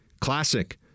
Classic